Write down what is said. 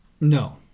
No